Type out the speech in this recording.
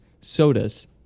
sodas